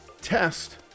test